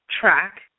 track